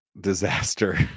Disaster